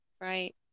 Right